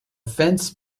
fence